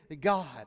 God